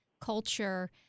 culture